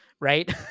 Right